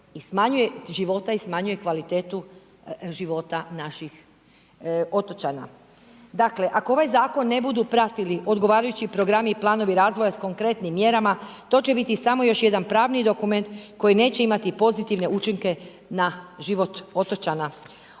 i podiže troškove i smanjuje kvalitetu života naših otočana. Dakle ako ovaj zakon ne budu pratili odgovarajući programi i planovi razvoja s konkretnim mjerama, to će biti samo još jedan pravni dokument koji neće imati pozitivne učinke na život otočana.